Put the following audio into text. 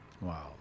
Wow